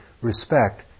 respect